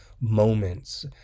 moments